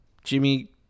jimmy